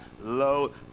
low